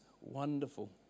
wonderful